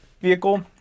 vehicle